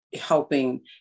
helping